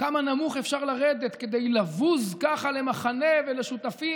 כמה נמוך אפשר לרדת כדי לבוז ככה למחנה ולשותפים